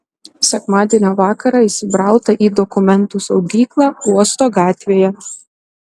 sekmadienio vakarą įsibrauta į dokumentų saugyklą uosto gatvėje